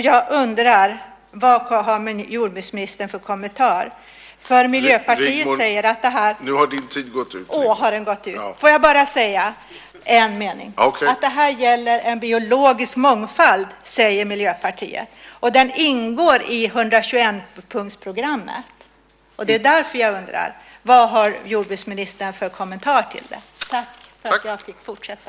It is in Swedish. Jag undrar vad jordbruksministern har för kommentar. Det här gäller en biologisk mångfald, säger Miljöpartiet. Den ingår i 121-punktsprogrammet. Därför undrar jag: Vad har jordbruksministern för kommentar till detta?